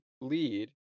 lead